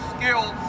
skills